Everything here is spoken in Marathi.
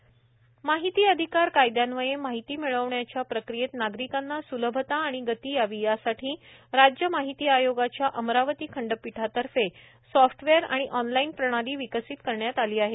डिजीटल स्विधा माहिती अधिकार कायदयान्वये माहिती मिळण्याच्या प्रक्रियेत नागरिकांना सुलभता आणि गती यावी यासाठी राज्य माहिती आयोगाच्या अमरावती खंडपीठातर्फे सॉफ्टवेअर आणि ऑनलाईन प्रणाली विकसित करण्यात आली आहे